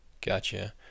Gotcha